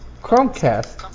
Chromecast